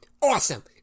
awesome